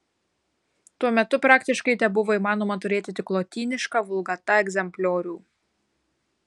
tuo metu praktiškai tebuvo įmanoma turėti tik lotynišką vulgata egzempliorių